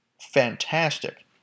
Fantastic